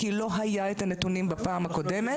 כי לא היו הנתונים בפעם הקודמת.